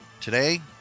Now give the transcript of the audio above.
Today